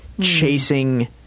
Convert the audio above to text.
chasing